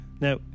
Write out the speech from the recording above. Now